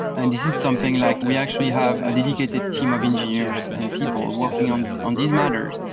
and this is something like we actually have a dedicated team of engineers and people working on on these matters,